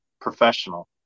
professional